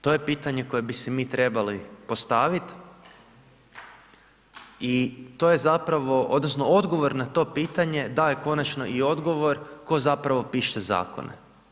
To je pitanje koje bi si mi trebali postaviti i to je zapravo, odnosno odgovor na to pitanje daje konačno i odgovor tko zapravo piše zakone.